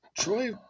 Troy